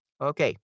Okay